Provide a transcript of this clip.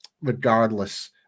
regardless